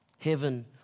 heaven